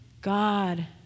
God